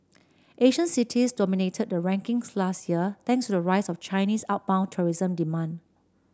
Asian cities dominated the rankings last year thanks to the rise of Chinese outbound tourism demand